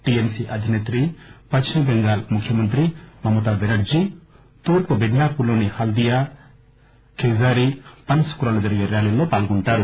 TMC అధినేత్రి పశ్చిమ బెంగాల్ ముఖ్యమంత్రి మమతా బెనర్దీ తూర్పు మిడ్నాపూర్లోని హాల్దియా ఖెజారి పన్సుకురాలో జరిగే ర్యాలీల్లో పాల్గొంటారు